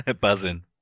Buzzing